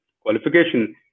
qualification